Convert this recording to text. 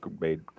made